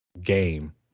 game